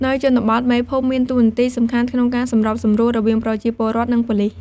នៅជនបទ មេភូមិមានតួនាទីសំខាន់ក្នុងការសម្របសម្រួល រវាងប្រជាពលរដ្ឋ និងប៉ូលិស។